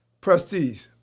prestige